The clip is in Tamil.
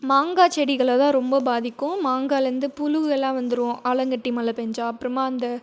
மாங்காய் செடிகளை தான் ரொம்ப பாதிக்கும் மாங்காலருந்து புழு எல்லாம் வந்துரும் ஆலங்கட்டி மழை பெஞ்சா அப்புறமா அந்த